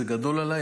זה גדול עליי,